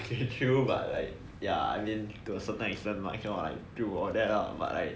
okay true but like ya and I mean like to a certain extent mah you cannot like I do all that lah but like